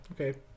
Okay